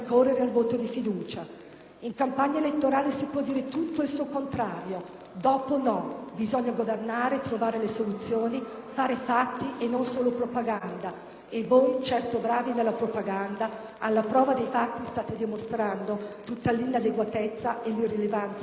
In campagna elettorale si può dire tutto e il suo contrario; dopo, no: bisogna governare, trovare le soluzioni e fare i fatti, non solo propaganda. E voi, certo bravi nella propaganda, alla prova dei fatti state dimostrando tutta l'inadeguatezza e l'irrilevanza delle vostre scelte.